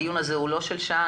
הדיון הזה הוא לא של שעה.